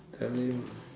tell him